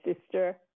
sister